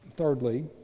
Thirdly